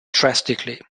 drastically